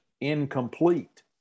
incomplete